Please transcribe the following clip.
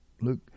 Luke